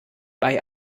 bei